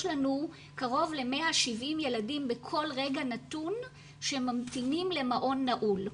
לנו קרוב ל-170 ילדים בכל רגע נתון שממתינים למעון נעול.